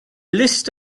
list